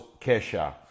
Kesha